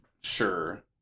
Sure